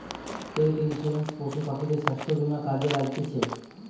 পেট insurance পশু পাখিদের স্বাস্থ্য বীমা কাজে লাগতিছে